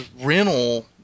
rental